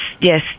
yes